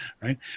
right